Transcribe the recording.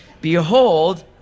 Behold